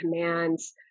commands